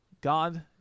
God